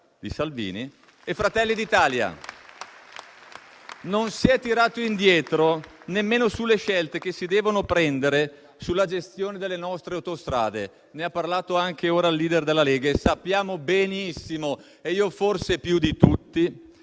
di Salvini e Fratelli d'Italia. Non si è tirato indietro nemmeno sulle scelte che si devono prendere sulla gestione delle nostre autostrade; ne ha parlato anche ora il *leader* della Lega e sappiamo benissimo - e io forse più di tutti